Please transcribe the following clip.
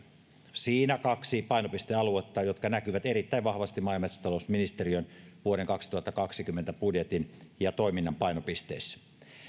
siinä kaksi painopistealuetta jotka näkyvät erittäin vahvasti maa ja metsätalousministeriön vuoden kaksituhattakaksikymmentä budjetin ja toiminnan painopisteissä